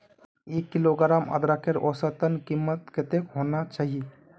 एक किलोग्राम अदरकेर औसतन कीमत कतेक होना चही?